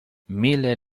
miller